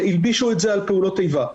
והלבישו את זה על פעולות איבה.